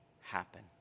happen